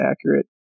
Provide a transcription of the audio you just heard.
accurate